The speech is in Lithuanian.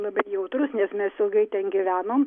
labai jautrūs nes mes ilgai ten gyvenom